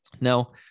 Now